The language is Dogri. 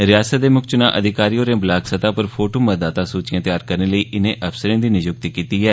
रिआसता दे मुक्ख चुनां अधिकारी होरें ब्लाक सतह उप्पर फोटू मतदाता सूचिआं तैयार करने लेई इनें अफसरें दी नियुक्त कीती ऐ